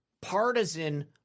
partisan